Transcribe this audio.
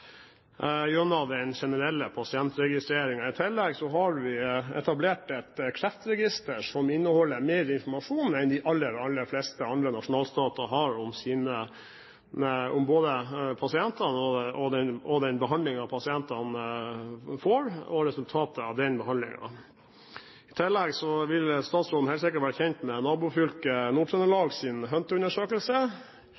gjennom den generelle pasientregistreringen. I tillegg har vi etablert et kreftregister som inneholder mer informasjon enn det de aller fleste andre nasjonalstater har om både pasientene, den behandlingen pasientene får, og resultatet av den behandlingen. I tillegg vil statsråden helt sikkert være kjent med